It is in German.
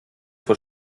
vor